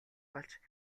болж